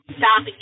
stop